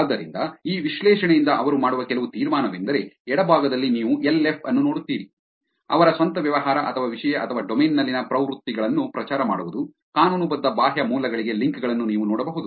ಆದ್ದರಿಂದ ಈ ವಿಶ್ಲೇಷಣೆಯಿಂದ ಅವರು ಮಾಡುವ ಕೆಲವು ತೀರ್ಮಾನವೆಂದರೆ ಎಡಭಾಗದಲ್ಲಿ ನೀವು ಎಲ್ಎಫ್ ಅನ್ನು ನೋಡುತ್ತೀರಿ ಅವರ ಸ್ವಂತ ವ್ಯವಹಾರ ಅಥವಾ ವಿಷಯ ಅಥವಾ ಡೊಮೇನ್ ನಲ್ಲಿನ ಪ್ರವೃತ್ತಿಗಳನ್ನು ಪ್ರಚಾರ ಮಾಡುವುದು ಕಾನೂನುಬದ್ಧ ಬಾಹ್ಯ ಮೂಲಗಳಿಗೆ ಲಿಂಕ್ ಗಳನ್ನು ನೀವು ನೋಡಬಹುದು